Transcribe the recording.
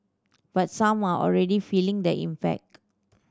but some are already feeling the impact